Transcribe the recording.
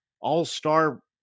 all-star